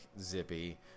Zippy